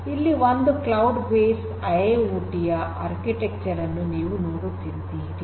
ಇಲ್ಲಿ ಒಂದು cloud based IIoT ಯ ಆರ್ಕಿಟೆಕ್ಚರ್ ಅನ್ನು ನೀವು ನೋಡುತ್ತಿದ್ದೀರಿ